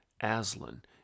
Aslan